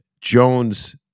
Jones